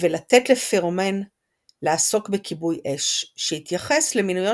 ו"לתת לפירומן לעסוק בכיבוי אש" שהתייחס למינויו